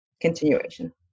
continuation